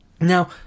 Now